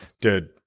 Dude